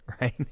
right